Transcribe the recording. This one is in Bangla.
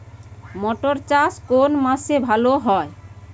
মটর চাষ কোন মাসে ভালো হয়?